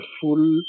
full